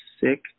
sick